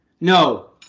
no